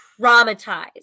traumatized